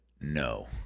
no